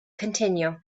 continue